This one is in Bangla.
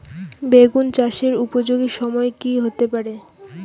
বেগুন চাষের উপযোগী সময় কি হতে পারে?